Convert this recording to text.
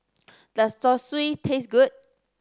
does Zosui taste good